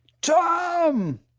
Tom